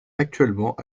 actuellement